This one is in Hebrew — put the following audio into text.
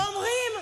פשיסטים,